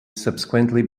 subsequently